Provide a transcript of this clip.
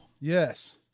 Yes